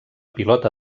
pilota